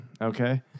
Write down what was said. Okay